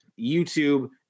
YouTube